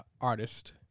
artist